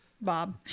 Bob